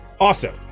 awesome